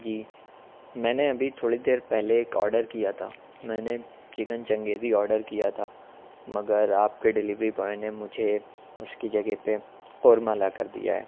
جی میں نے ابھی تھوڑی دیر پہلے ایک آرڈر کیا تھا میں نے چکن چنگیزی آرڈر کیا تھا مگر آپ کے ڈلیوری بوائے نے مجھے اس کی جگہ پہ قورمہ لا کر دیا ہے